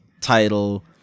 title